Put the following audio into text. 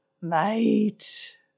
mate